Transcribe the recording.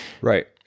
right